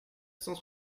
cent